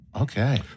Okay